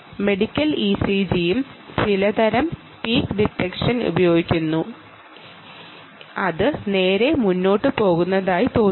medical ഇസിജിയും ചിലതരം peak detection ഉപയോഗിക്കുന്നു അത് നേരെ മുന്നോട്ട് പോകുന്നതായി തോന്നുന്നു